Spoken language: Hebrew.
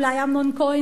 אולי אמנון כהן,